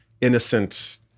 innocent